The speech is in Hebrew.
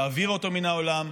להעביר אותו מן העולם,